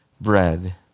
bread